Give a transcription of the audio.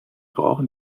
brauchen